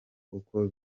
uko